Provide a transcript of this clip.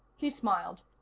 he smiled.